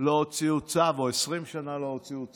לא הוציאו צו, או 20 שנה לא הוציאו צו.